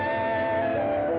and